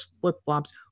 flip-flops